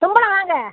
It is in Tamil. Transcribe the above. தும்பலம் வாங்க